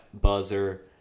Buzzer